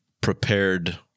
prepared